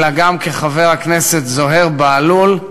אלא גם כחבר הכנסת זוהיר בהלול,